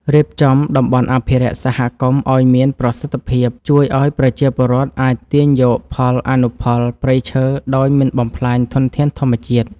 រៀបចំតំបន់អភិរក្សសហគមន៍ឱ្យមានប្រសិទ្ធភាពជួយឱ្យប្រជាពលរដ្ឋអាចទាញយកផលអនុផលព្រៃឈើដោយមិនបំផ្លាញធនធានធម្មជាតិ។